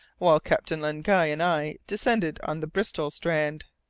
while captain len guy and i descended on the bristol strand.